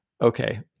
okay